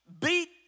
beat